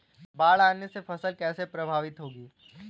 बाढ़ आने से फसल कैसे प्रभावित होगी?